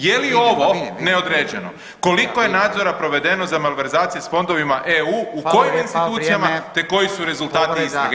Je li ovo neodređeno, koliko je nadzora provedeno za malverzacije s fondovima EU u kojim institucijama [[Upadica: Hvala lijepo, vrijeme.]] te koji su rezultati istrage.